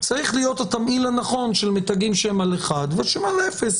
צריך להיות התמהיל הנכון של מתגים שהם על 1 ושהם על אפס.